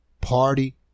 party